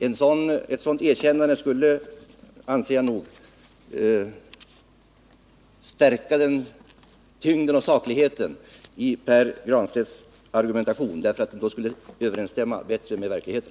Ett sådant erkännande anser jag nog skulle stärka tyngden och sakligheten i Pär Granstedts argumentation eftersom den då skulle överensstämma bättre med verkligheten.